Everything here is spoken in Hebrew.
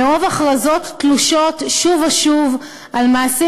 מרוב הכרזות תלושות שוב ושוב על מעשים